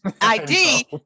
id